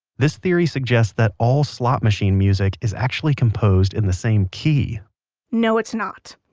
this theory suggests that all slot machine music is actually composed in the same key no, it's not.